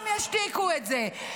כולם ישתיקו את זה.